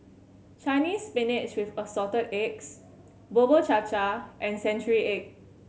Chinese Spinach with Assorted Eggs Bubur Cha Cha and century egg